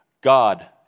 God